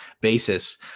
basis